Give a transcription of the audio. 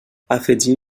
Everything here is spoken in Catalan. afegiu